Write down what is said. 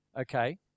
Okay